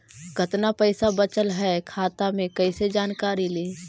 कतना पैसा बचल है खाता मे कैसे जानकारी ली?